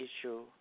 issue